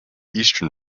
eastern